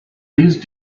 please